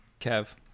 Kev